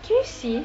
do you see